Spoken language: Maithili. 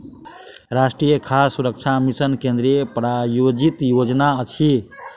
राष्ट्रीय खाद्य सुरक्षा मिशन केंद्रीय प्रायोजित योजना अछि